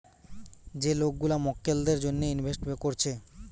যে লোক গুলা মক্কেলদের জন্যে ইনভেস্ট কোরছে